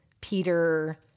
peter